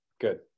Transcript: Good